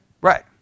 Right